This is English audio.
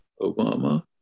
Obama